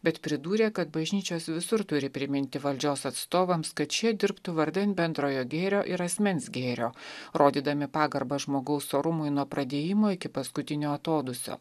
bet pridūrė kad bažnyčios visur turi priminti valdžios atstovams kad šie dirbtų vardan bendrojo gėrio ir asmens gėrio rodydami pagarbą žmogaus orumui nuo pradėjimo iki paskutinio atodūsio